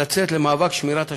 לצאת למאבק על שמירת השבת.